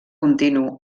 continu